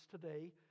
today